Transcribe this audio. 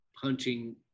punching